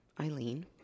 Eileen